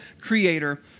creator